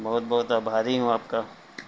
بہت بہت آبھاری ہوں آپ کا